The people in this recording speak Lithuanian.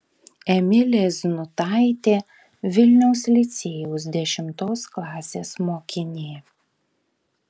emilė znutaitė vilniaus licėjaus dešimtos klasės mokinė